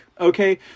Okay